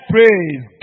Praise